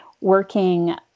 working